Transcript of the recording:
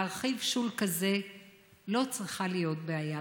להרחיב שול כזה לא צריכה להיות בעיה,